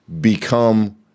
become